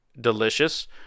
delicious